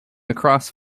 across